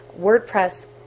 WordPress